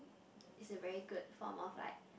it's a very good form of like